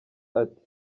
ati